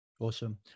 Awesome